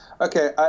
Okay